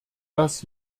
das